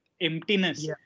emptiness